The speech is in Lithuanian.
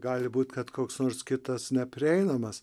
gali būt kad koks nors kitas neprieinamas